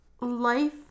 life